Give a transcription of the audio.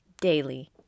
daily